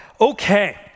Okay